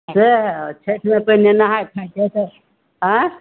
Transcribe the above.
छठिमे पहिले नहाए खाए छै तऽ आँय